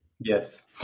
Yes